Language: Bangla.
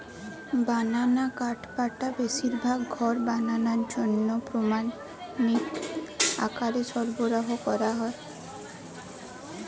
বানানা কাঠপাটা বেশিরভাগ ঘর বানানার জন্যে প্রামাণিক আকারে সরবরাহ কোরা হয়